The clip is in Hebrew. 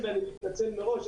אני מתנצל מראש,